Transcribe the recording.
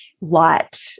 light